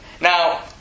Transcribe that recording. Now